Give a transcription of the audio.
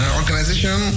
organization